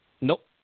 Nope